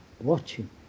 Watching